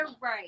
Right